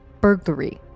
burglary